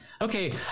Okay